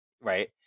right